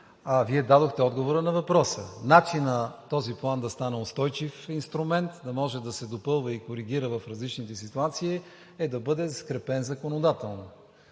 Вие дадохте отговора на въпроса – начинът този план да стане устойчив инструмент, да може да се допълва и коригира в различните ситуации е да бъде скрепен законодателно.